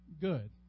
good